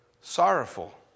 Sorrowful